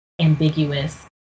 ambiguous